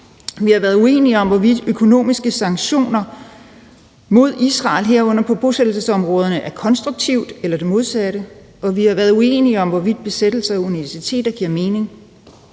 Vi har været uenige om, hvorvidt økonomiske sanktioner mod Israel, herunder på bosættelsesområderne, er konstruktivt eller det modsatte. Vi har været uenige om, hvorvidt besættelser af universiteter giver mening.